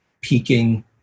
peaking